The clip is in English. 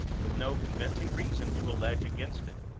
with no convincing reason to allege against it,